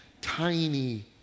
tiny